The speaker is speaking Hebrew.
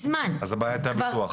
אם כן,